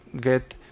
get